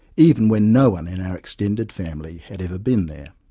even when no one in our extended family had ever been there.